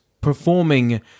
performing